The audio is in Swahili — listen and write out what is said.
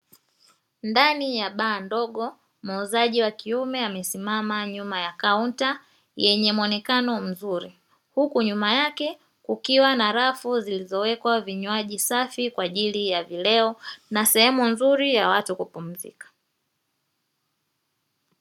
Ndani ya baa ndogo, muuzaji wa kiume amesimama nyuma ya kaunta yenye muonekano mzuri, huku nyuma yake kukiwa na rafu zilizowekwa vinywaji safi, kwa ajili ya vileo na sehemu nzuri ya watu kupumzika.